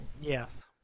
Yes